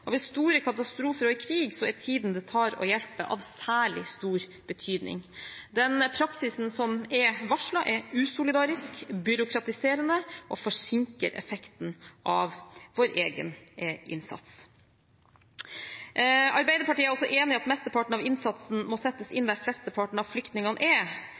Ved store katastrofer og i krig er tiden det tar å hjelpe, av særlig stor betydning. Den praksisen som er varslet, er usolidarisk og byråkratiserende og forsinker effekten av vår egen innsats. Arbeiderpartiet er også enig i at mesteparten av innsatsen må settes inn der flesteparten av flyktningene er,